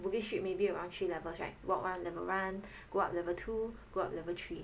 Bugis street maybe around three levels right walk around level one go up level two go up level three